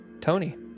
Tony